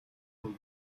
ном